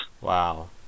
wow